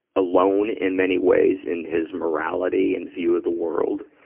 alone in many ways in his morality and view of the world?